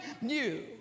new